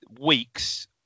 weeks